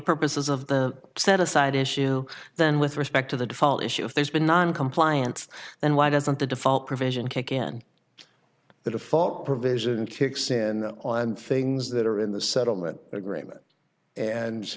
purposes of the set aside issue then with respect to the default issue if there's been noncompliance then why doesn't the default provision kick in the default provision kicks in on things that are in the settlement agreement and